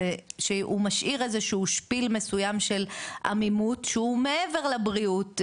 זה שהוא משאיר איזשהו שפיל מסוים של עמימות שהוא מעבר לבריאות,